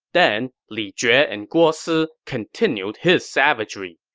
then li jue and guo si continued his savagery.